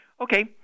Okay